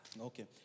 Okay